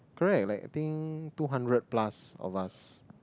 correct like I think two hundreds plus of us